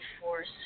force